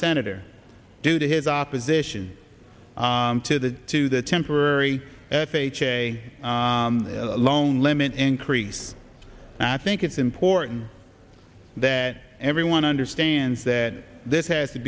senator due to his opposition to the to the temporary f h a loan limit increase at think it's important that everyone understands that this has to